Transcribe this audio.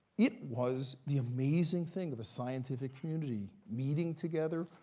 it was the amazing thing of a scientific community meeting together,